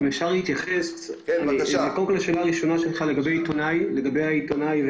אתחיל בשאלה בנושא העיתונאים,